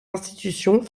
institutions